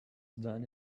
done